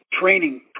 training